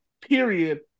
period